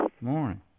morning